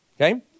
Okay